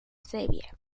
serbia